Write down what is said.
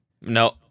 no